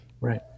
Right